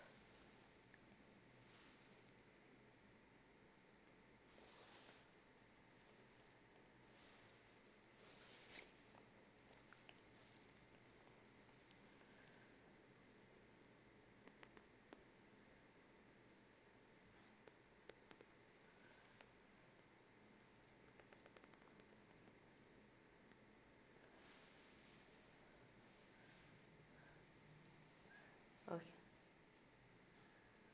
okay